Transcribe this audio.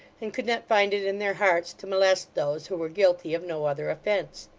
and could not find it in their hearts to molest those who were guilty of no other offence.